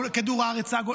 שכדור הארץ הוא עגול,